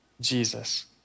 Jesus